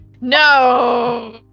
No